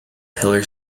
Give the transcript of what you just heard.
pilar